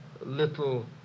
little